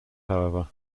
however